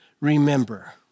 remember